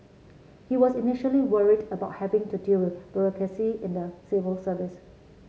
he was initially worried about having to deal with bureaucracy in the civil service